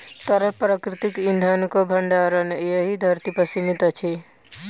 तरल प्राकृतिक इंधनक भंडार एहि धरती पर सीमित अछि